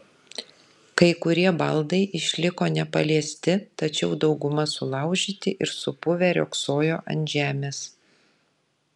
kai kurie baldai išliko nepaliesti tačiau dauguma sulaužyti ir supuvę riogsojo ant žemės